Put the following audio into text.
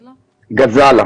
גזלה.